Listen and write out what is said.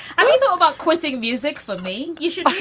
i mean, think about quitting music for me. you should.